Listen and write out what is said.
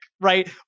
right